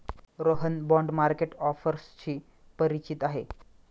Rohan bond market ऑफर्सशी परिचित आहे